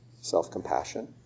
self-compassion